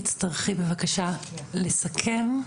תצטרכי בבקשה לסכם,